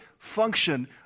function